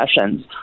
Sessions